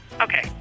Okay